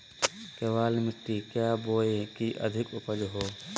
केबाल मिट्टी क्या बोए की अधिक उपज हो?